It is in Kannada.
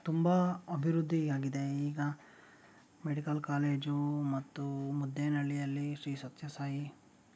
ತುಂಬ ಅಭಿವೃದ್ಧಿಯಾಗಿದೆ ಈಗ ಮೆಡಿಕಲ್ ಕಾಲೇಜೂ ಮತ್ತು ಮುದ್ದೇನಹಳ್ಳಿಯಲ್ಲಿ ಶ್ರೀ ಸತ್ಯಸಾಯಿ